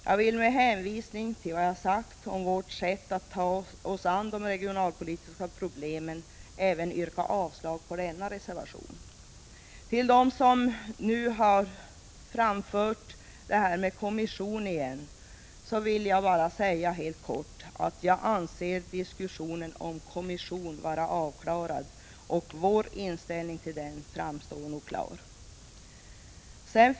Jag vill med hänvisning till vad jag sagt om vårt sätt att ta oss an de regionalpolitiska problemen yrka avslag även på denna reservation. Till dem som återigen har tagit upp frågan om en kommission vill jag bara helt kort säga att jag anser diskussionen om en kommission vara avslutad. Jag tror att vår inställning i den frågan blivit helt klargjord.